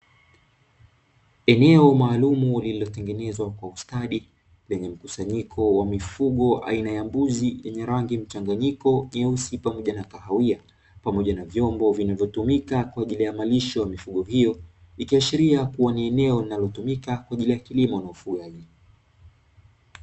Eneo maalumu lililotengenezwa kwa ustadi lenye mkusanyiko wa mifungo aina ya mbuzi wenye rangi mchanganyiko nyeusi pamoja na kahawia. Pamoja na vyombo vinavyotumika kwa ajili ya malisho ikiashiria kuwa ni eneo linalotumika kwa ajili ya kilimo na ufugaji.